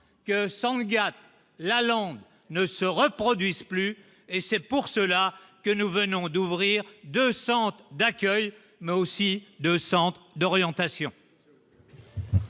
que Sangatte la ne se reproduise plus, et c'est pour cela que nous venons d'ouvrir 200 d'accueil mais aussi de centres d'orientation.